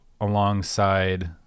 alongside